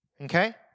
okay